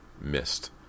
missed